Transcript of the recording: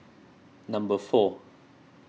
number four